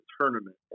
tournament